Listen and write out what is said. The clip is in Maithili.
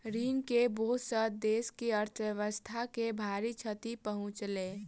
ऋण के बोझ सॅ देस के अर्थव्यवस्था के भारी क्षति पहुँचलै